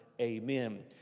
Amen